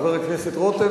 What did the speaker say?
חבר הכנסת רותם,